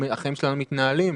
החיים שלנו מתנהלים.